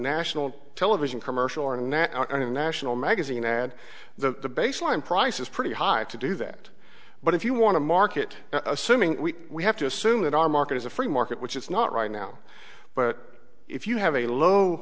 national television commercial or a net i mean national magazine ad the baseline price is pretty high to do that but if you want to market assuming we have to assume that our market is a free market which it's not right now but if you have a low